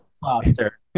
foster